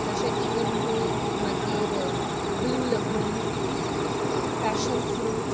जशे की लिंबू मागीर ब्लू लगून पॅशन फ्रूट